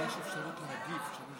המציעים יכולים